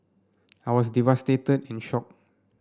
I was devastated and shock